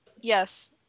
Yes